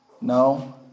No